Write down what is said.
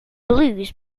blues